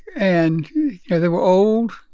and they were old,